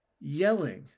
Yelling